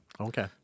Okay